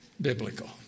biblical